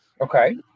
Okay